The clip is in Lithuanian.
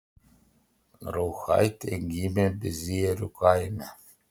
rauchaitė gimė bizierių kaime